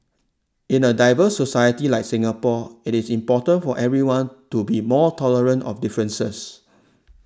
in a diverse society like Singapore it is important for everyone to be more tolerant of differences